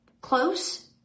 close